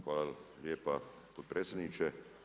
Hvala lijepa potpredsjedniče.